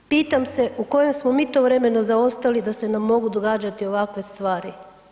Pitam se u kojem smo mi to vremenu zaostali da se nam mogu događati ovakve stvari?